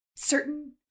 Certain